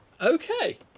Okay